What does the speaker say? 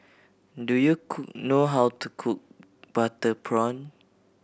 do you know how to cook butter prawn